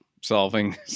solving